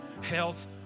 health